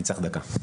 אני צריך דקה.